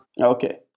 Okay